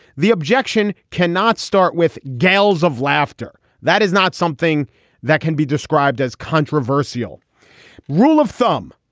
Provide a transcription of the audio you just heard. the objection cannot start with gales of laughter. that is not something that can be described as controversial rule of thumb.